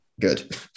good